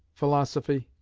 philosophy,